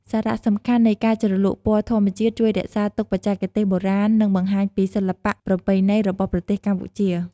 សារៈសំខាន់នៃការជ្រលក់ពណ៌ធម្មជាតិជួយរក្សាទុកបច្ចេកទេសបុរាណ និងបង្ហាញពីសិល្បៈប្រពៃណីរបស់ប្រទេសកម្ពុជា ។